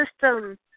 system